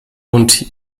und